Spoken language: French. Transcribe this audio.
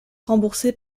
remboursés